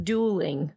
Dueling